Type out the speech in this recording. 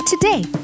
today